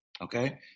Okay